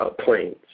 planes